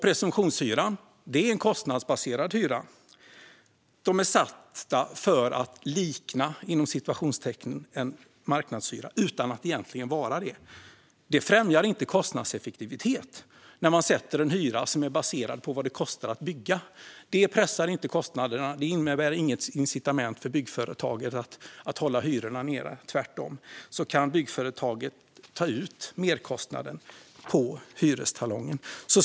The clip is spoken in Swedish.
Presumtionshyran är en kostnadsbaserad hyra, som är satt för att "likna" en marknadshyra utan att egentligen vara en sådan. Det främjar inte kostnadseffektivitet när man sätter en hyra som är baserad på vad det kostar att bygga. Det pressar inte kostnaderna, och det innebär inget incitament för byggföretaget att hålla hyrorna nere. Tvärtom kan byggföretaget ta ut merkostnaden på hyrestalongen.